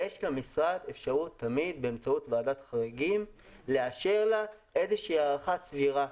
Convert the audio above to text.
יש למשרד אפשרות תמיד באמצעות ועדת חריגים לאשר לה איזו הארכה סבירה.